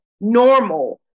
normal